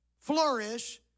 flourish